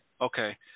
okay